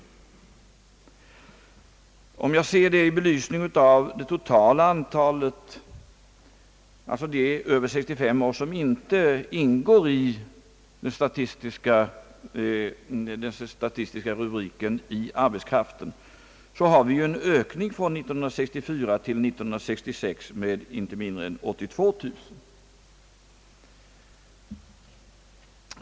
Om jag ser detta i belysning av totala antalet invånare över 65 år, som inte ingår under den statistiska rubriken arbetskraft, finner jag en ökning från 1964 till 1966 med inte mindre än 82000.